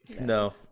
no